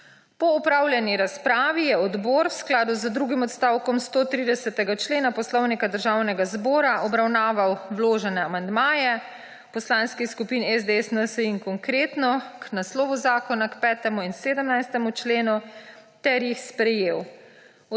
Po opravljeni razpravi je odbor v skladu z drugim odstavkom 130. člena Poslovnika Državnega zbora obravnaval vložene amandmaje poslanskih skupin SDS, NSi in Konkretno k naslovu zakona, k 5. in 17. členu ter jih sprejel.